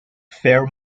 fair